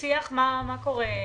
אני מרגישה שיש כאן איזו רוח רעה